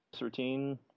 routine